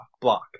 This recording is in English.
block